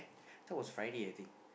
that was Friday I think